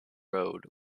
road